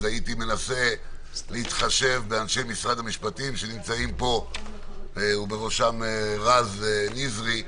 הייתי מנסה להתחשב באנשי משרד המשפטים שנמצאים פה ובראשם רז נזרי,